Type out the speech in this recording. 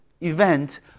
event